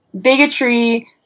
bigotry